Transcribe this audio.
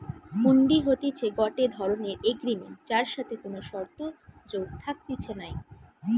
হুন্ডি হতিছে গটে ধরণের এগ্রিমেন্ট যার সাথে কোনো শর্ত যোগ থাকতিছে নাই